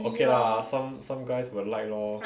okay lah some some guys will like lor